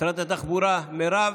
שרת התחבורה מרב,